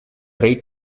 try